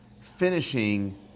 finishing